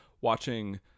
watching